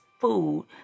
food